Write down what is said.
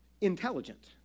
intelligent